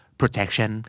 protection